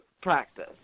practice